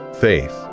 faith